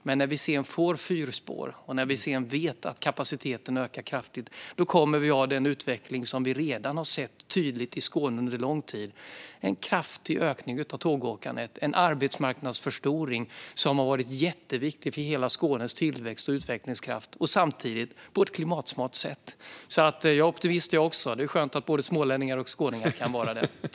Men när vi sedan får fyrspår och vet att kapaciteten ökar kraftigt kommer vi att ha den utveckling som vi redan har sett tydligt i Skåne under lång tid. Det är en kraftig ökning av tågåkandet som gett en arbetsmarknadsförstoring som har varit jätteviktig för hela Skånes tillväxt och utvecklingskraft samtidigt som det skett på ett klimatsmart sätt. Jag är optimist, jag också. Det är skönt att både smålänningar och skåningar kan vara det.